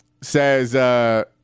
says